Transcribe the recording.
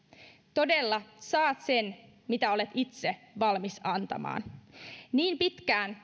todella saat sen mitä olet itse valmis antamaan niin pitkään